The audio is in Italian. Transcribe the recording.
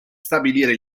stabilire